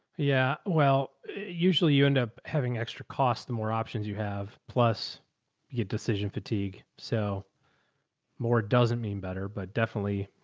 yeah, well usually you end up having extra costs. the more options you have plus you get decision fatigue. so more doesn't mean better, but definitely.